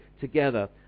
together